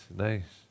nice